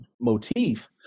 motif